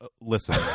listen